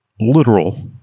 literal